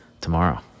tomorrow